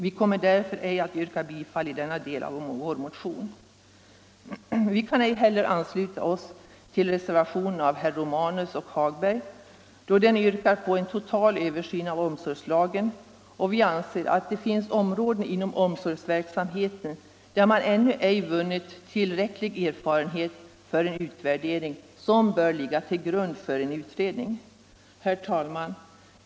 Vi kommer därför inte att yrka bifall till denna del av vår motion. Vi kan inte heller ansluta oss till reservationen av herrar Romanus och Hagberg i Borlänge, då det i den yrkas på en total översyn av omsorgslagen. Vi anser att det finns områden inom omsorgsverksamheten där man ännu ej vunnit tillräcklig erfarenhet för den utvärdering som bör ligga till grund för en utredning. Herr talman!